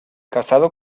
casado